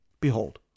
Behold